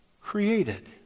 created